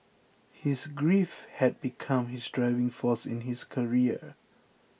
his grief had become his driving force in his career